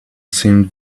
seemed